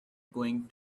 going